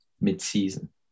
mid-season